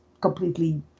completely